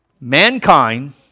Mankind